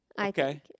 Okay